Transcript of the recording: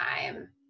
time